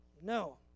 No